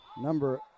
number